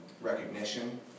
recognition